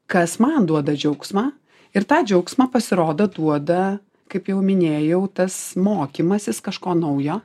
kas man duoda džiaugsmą ir tą džiaugsmą pasirodo duoda kaip jau minėjau tas mokymasis kažko naujo